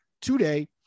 today